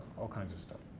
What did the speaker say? all kinds of stuff,